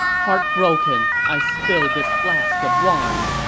heartbroken, i spill this flask of wine!